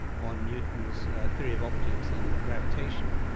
on newton's theory of optics and gravitation.